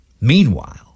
Meanwhile